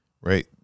right